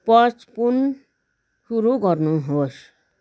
pause पुन सुरु गर्नुहोस्